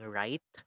right